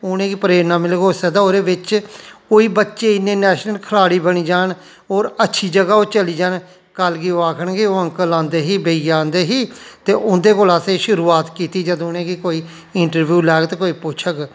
उ'नेंगी प्रेरणा मिलग होई सकदा ओहदे बिच्च कोई बच्चे इन्ने नेशनल खिलाडी बनी जान होर अच्छी जगह ओह् चली जान कल गी ओह् आखन कि ओह् अकंल आंदे ही भैया आंदे ही ते उं'दे कोल असें शुरुआत कीती जंदू उ'नेंगी कोई इंटरव्यू लैग ते कोई पुच्छग